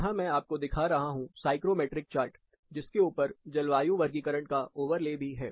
यहां मैं आपको दिखा रहा हूं साइक्रोमेट्रिक चार्ट जिसके ऊपर जलवायु वर्गीकरण का ओवरले भी है